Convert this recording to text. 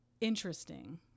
interesting